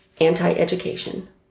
anti-education